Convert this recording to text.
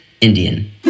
Indian